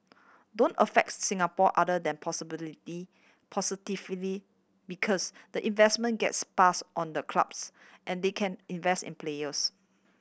don't affects Singapore other than possibility positively because the investment gets passed on the clubs and they can invest in players